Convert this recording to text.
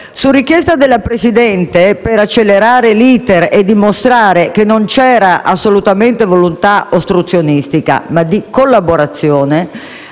Su richiesta della Presidente, per accelerare l'*iter* e dimostrare che non c'era assolutamente volontà ostruzionistica ma di collaborazione,